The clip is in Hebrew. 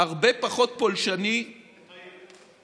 הרבה פחות פולשני לפרט,